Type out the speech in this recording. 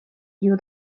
tiu